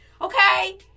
okay